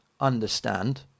understand